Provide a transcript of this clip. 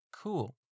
cool